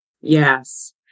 Yes